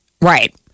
Right